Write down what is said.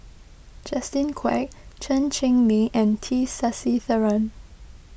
Justin Quek Chen Cheng Mei and T Sasitharan